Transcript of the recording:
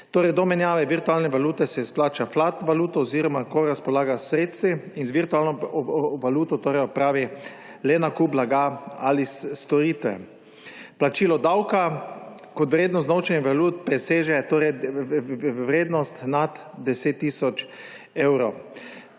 torej do menjave virtualne valute se izplača fiat valuto oziroma ko razpolaga s sredstvi in z virtualno valuto opravi le nakup blaga ali storitve. Plačilo davka, ko vrednost unovčenja valut preseže vrednost nad 10 tisoč evrov.